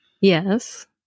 yes